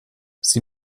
sie